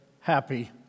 happy